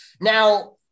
now